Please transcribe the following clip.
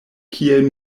kiel